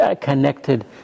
connected